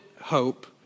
hope